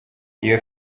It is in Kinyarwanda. iyo